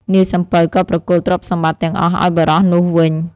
នាយសំពៅក៏ប្រគល់ទ្រព្យសម្បត្តិទាំងអស់ឱ្យបុរសនោះវិញ។